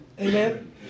Amen